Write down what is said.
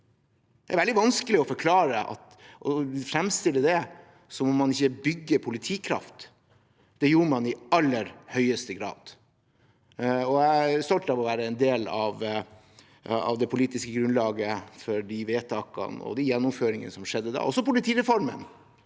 Det er veldig vanskelig å framstille det som at man ikke bygger politikraft. Det gjorde man i aller høyeste grad. Jeg er stolt av å være en del av det politiske grunnlaget for vedtakene og gjennomføringene som skjedde da – også politireformen,